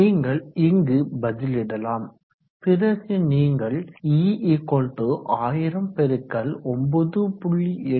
நீங்கள் இங்கு பதிலிடலாம் பிறகு நீங்கள் E 1000×9